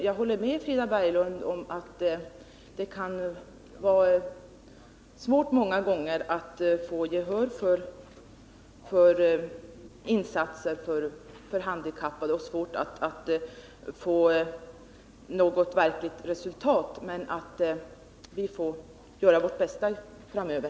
Jag håller med Frida Berglund om att det kan vara svårt många gånger att få gehör för insatser för handikappade och svårt också att nå något verkligt resultat. Men vi får göra vårt bästa framöver.